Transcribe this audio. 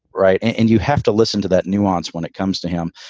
right. and you have to listen to that nuance when it comes to him.